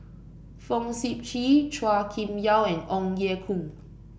Fong Sip Chee Chua Kim Yeow and Ong Ye Kung